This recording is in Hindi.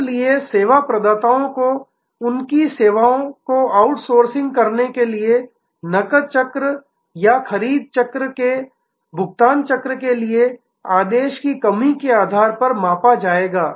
इसलिए सेवा प्रदाताओं को उनकी सेवाओं को आउटसोर्सिंग करने के लिए नकद चक्र या खरीद के भुगतान चक्र के लिए आदेश की कमी के आधार पर मापा जाएगा